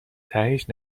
تهش